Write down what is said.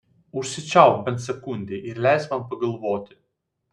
užsičiaupk bent sekundei ir leisk man pagalvoti